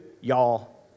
Y'all